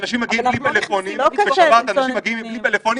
אגב לגבי בתי כנסת לא תמצאו נתונים כי בשבת אנשים מגיעים בלי טלפונים.